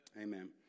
Amen